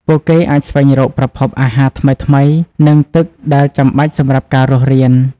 ពួកគេអាចស្វែងរក ប្រភពអាហារ ថ្មីៗ និងទឹកដែលចាំបាច់សម្រាប់ការរស់រាន។